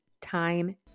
time